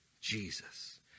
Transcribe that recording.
Jesus